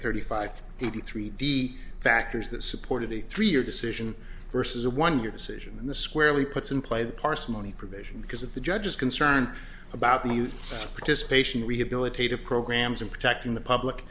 thirty five eighty three d factors that supported a three year decision versus a one year decision and the squarely puts in play the parsimony provision because of the judge's concern about new participation rehabilitative programs and protecting the public